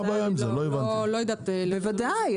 בוודאי.